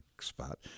spot